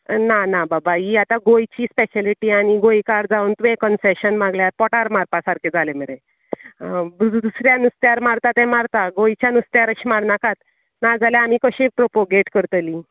ना ना बाबा ही आतां गोंयची स्पैशलिटी आनी गोंयकार जावन तुवें कन्सेशन मागल्यार पोटार मारपा सारके जाले मरे दुसऱ्या नुसत्यार मारता ते मारता गोंयच्या नुसत्यार अशें मारनाकात नाजाल्यार आनी कशी प्रोपोगेट करतली